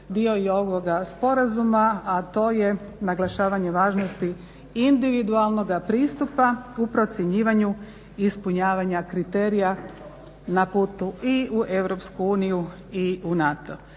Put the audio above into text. dio i ovoga sporazuma, a to je naglašavanje važnosti individualnoga pristupa u procjenjivanju ispunjavanja kriterija na putu i u EU i u NATO.